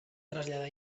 traslladar